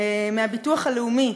מהביטוח הלאומי,